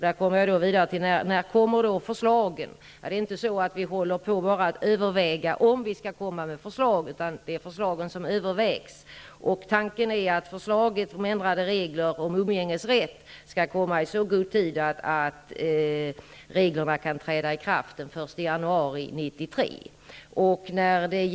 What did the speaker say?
När kommer då förslaget? Det är inte så att vi överväger om vi skall komma med förslag, utan förslagen övervägs. Tanken är att förslaget till ändring av reglerna för umgängesrätt skall komma i så god tid att reglerna kan träda i kraft den 1 januari 1993.